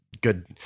good